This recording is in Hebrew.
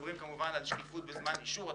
מדובר כמובן על שקיפות בזמן אישור התקציב,